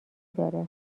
داره